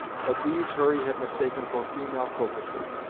but these hurry had mistaken for female coquetry,